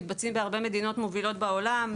מתבצעות בהרבה מדינות מוביל בעולם,